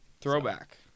Throwback